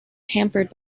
hampered